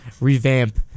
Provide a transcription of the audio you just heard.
Revamp